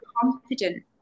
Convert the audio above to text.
confident